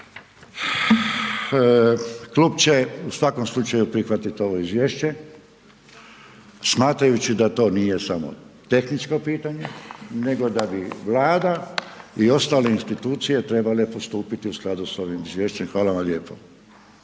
klub će u svakom slučaju prihvatit ovo izvješće smatrajući da to nije samo tehničko pitanje nego da bi Vlada i ostale institucije trebale postupiti u skladu s ovim izvješćem. Hvala vam lijepo.